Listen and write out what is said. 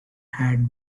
had